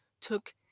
took